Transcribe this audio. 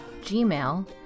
Gmail